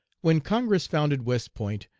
when congress founded west point,